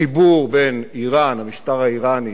החיבור בין אירן, המשטר האירני,